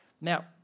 Now